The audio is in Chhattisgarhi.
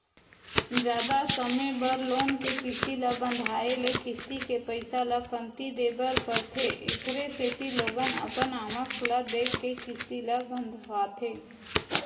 जादा समे बर लोन के किस्ती ल बंधाए ले किस्ती के पइसा ल कमती देय बर परथे एखरे सेती लोगन अपन आवक ल देखके किस्ती ल बंधवाथे